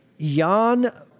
Jan